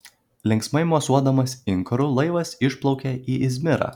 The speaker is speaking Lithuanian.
linksmai mosuodamas inkaru laivas išplaukė į izmirą